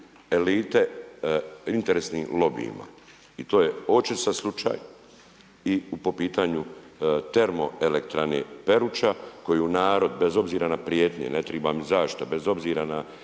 elite interesnim lobijima. To je očit sada slučaj i po pitanu TE Peruča koju narod bez obzira na prijetnje, ne triba mi zaštita, bez obzira na